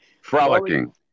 Frolicking